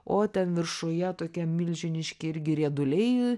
o ten viršuje tokie milžiniški irgi rieduliai